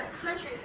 countries